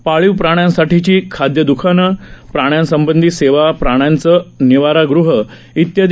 पाळीव प्राण्यांसाठीची खादयादुकानं प्राण्यांसंबंधी सेवा प्राण्यांचं निवारागृह इत्यादी